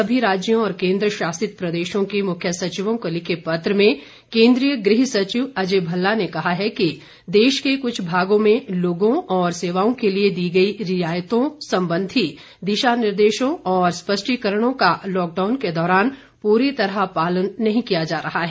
सभी राज्यों और केन्द्रशासित प्रदेशों के मुख्य सचिवों को लिखे पत्र में केन्द्रीय गृह सचिव अजय भल्ला ने कहा है कि देश के कुछ भागों में लोगों और सेवाओं के लिए दी गई रियायतों संबंधी दिशा निर्देशों और स्पष्टीकरणों का लॉकडाउन के दौरान पूरी तरह पालन नहीं किया जा रहा है